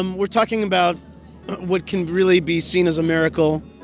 um we're talking about what can really be seen as a miracle.